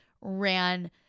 ran